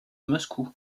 moscou